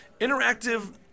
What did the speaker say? interactive